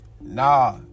Nah